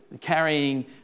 carrying